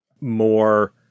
more